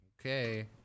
Okay